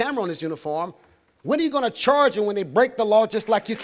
camera on his uniform when are you going to charge you when they break the law just like you